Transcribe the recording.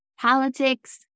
Politics